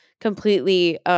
completely –